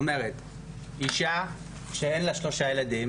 זאת אומרת אישה שאין לה שלושה ילדים,